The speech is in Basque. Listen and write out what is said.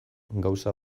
gauza